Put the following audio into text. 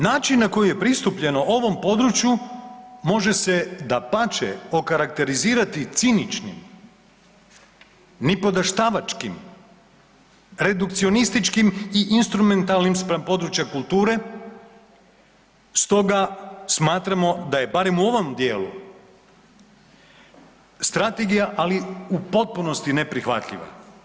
Način na koji je pristupljeno ovom području može se dapače okarakterizirati ciničnim, nipodaštavačkim, redukcionističkim i instrumentalnim spram područja kulture stoga smatramo da je barem u ovom dijelu, strategija ali u potpunosti neprihvatljiva.